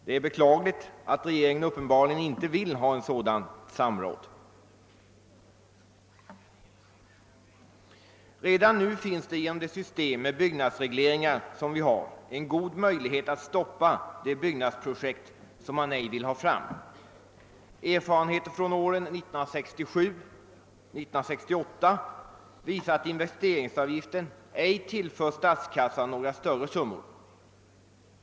Det är beklagligt att regeringen uppenbarligen inte vill ha ett sådant samråd. Redan nu finns det genom vårt system av byggnadsregleringar god möjlighet att hejda byggnadsprojekt som vi ej vill ha fram. Erfarenheter från åren 1967 och 1968 visar att en investeringsavgift ej tillför statskassan några större summor.